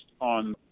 on